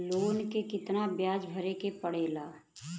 Loan के कितना ब्याज भरे के पड़े ला?